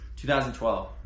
2012